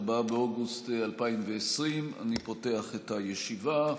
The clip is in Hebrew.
4 באוגוסט 2020. אני פותח את הישיבה.